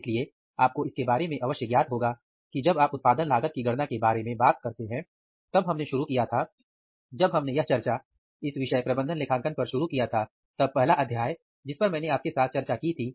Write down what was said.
इसलिए आपको इसके बारे में अवश्य ज्ञात होगा कि जब आप उत्पादन लागत की गणना करने के बारे में बात करते हैं तब हमने शुरू किया थाजब हमने यह चर्चा इस विषय प्रबंधन लेखांकन पर शुरू किया था तब पहला अध्याय जिसपर मैंने आपके साथ चर्चा की थी